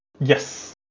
Yes